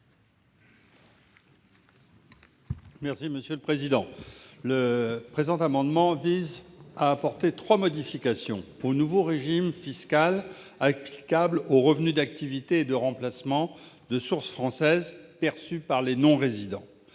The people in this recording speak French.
parole est à M. Richard Yung. Cet amendement vise à apporter trois modifications au nouveau régime fiscal applicable aux revenus d'activité et de remplacement de source française perçus par les non-résidents.